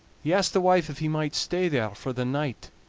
he asked the wife if he might stay there for the night,